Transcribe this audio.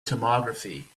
tomography